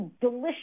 delicious